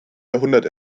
jahrhundert